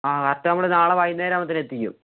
ആ കറക്റ്റ് നമ്മള് നാളെ വൈകുന്നേരമാകുമ്പോഴത്തേക്ക് എത്തിക്കും